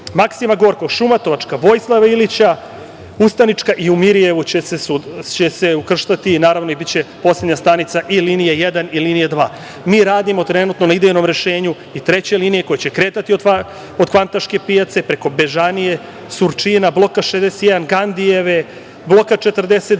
Maksima Gorkog, Šumatovačka, Vojislava Ilića, Ustanička i u Mirjevu će se ukrštati i, naravno, biće poslednja stanica i linije jedan i linije dva. Mi radimo trenutno na idejnom rešenju i treće linije, koja će kretati od Kvantaške pijace, preko Bežanije, Surčina, Bloka 61, Gandijeve, Bloka 42,